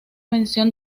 mención